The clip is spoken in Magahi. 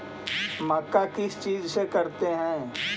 मक्का किस चीज से करते हैं?